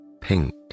pink